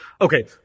okay